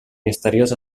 misteriós